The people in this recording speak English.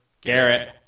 Garrett